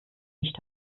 nicht